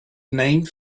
named